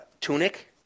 tunic